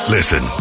Listen